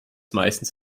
meistens